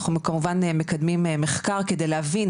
אנחנו כמובן מקדמים מחקר כדי להבין,